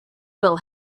will